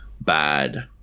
bad